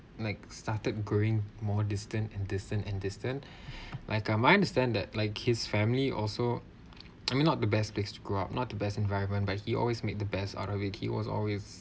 like started growing more distant and distant and distant like um I understand that like his family also I mean not the best place to grow up not the best environment but he always make the best out of it he was always